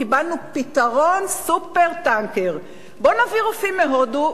קיבלנו פתרון "סופר-טנקר": בואו נביא רופאים מהודו,